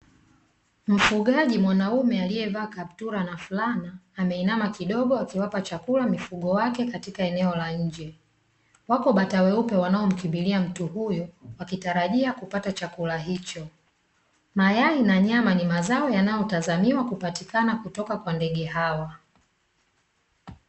Mfugaji mwanaume alievaa kaptura na fulana ameinama kidogo akiwapa chakula mifugo yake katika eneo la nje wako bata weupe wanaomkimbilia mtu huyo wakitarajia kupata chakula hicho. Mayai na nyama ni mazao yanayotazamiwa kutoka kwa ndege hawa.